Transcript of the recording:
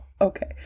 Okay